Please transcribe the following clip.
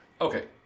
Okay